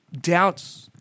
doubts